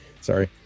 Sorry